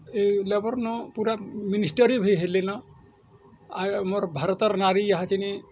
ଏ labour ନୁ ପୁରା ministry ବି ହେଲିନ ଆର ମୋର ଭାରତର ନାରୀ ଈହା ଚିନି